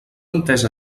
entesa